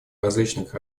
различных